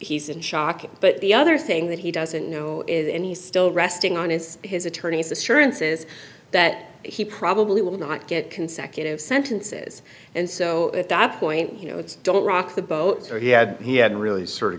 he's in shock but the other thing that he doesn't know is any still resting on his his attorney's assurances that he probably will not get consecutive sentences and so at that point you know it's don't rock the boat so he had he had really sort of